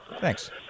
Thanks